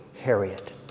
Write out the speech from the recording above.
harriet